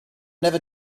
never